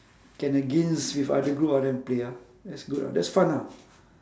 can against with other group ah then play ah that's good ah that's fun ah